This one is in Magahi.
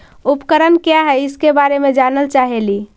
उपकरण क्या है इसके बारे मे जानल चाहेली?